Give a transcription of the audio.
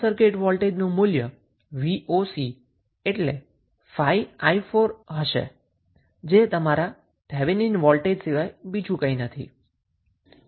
open circuit voltage મૂલ્ય 𝑣𝑜𝑐 એટલે કે 5𝑖4 હશે જે તમારા થેવેનિન વોલ્ટેજ સિવાય બીજું કંઈ નથી